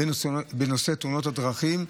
לנושא תאונות הדרכים,